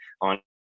on